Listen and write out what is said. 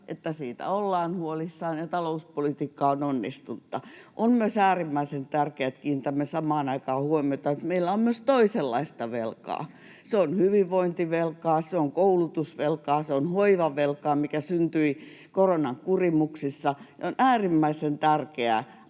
että siitä ollaan huolissaan, ja talouspolitiikka on onnistunutta. On myös äärimmäisen tärkeää, että kiinnitämme samaan aikaan huomiota siihen, että meillä on myös toisenlaista velkaa. Se on hyvinvointivelkaa, se on koulutusvelkaa, se on hoivavelkaa, mikä syntyi koronakurimuksessa, ja on äärimmäisen tärkeä